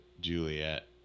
Juliet